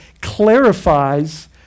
clarifies